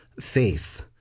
faith